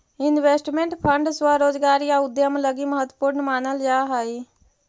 investment fund स्वरोजगार या उद्यम लगी महत्वपूर्ण मानल जा हई